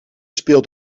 speelt